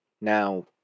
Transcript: Now